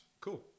cool